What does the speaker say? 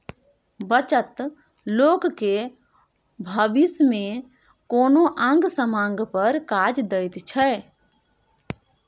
बचत लोक केँ भबिस मे कोनो आंग समांग पर काज दैत छै